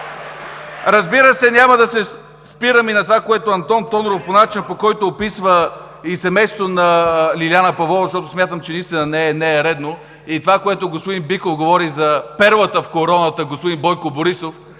Разбира се, няма да се спирам и на това, което Антон Тодоров по начина, по който описва и семейството на Лиляна Павлова, защото смятам, че наистина не е редно, и това, което господин Биков говори – за „перлата в короната“, господин Бойко Борисов,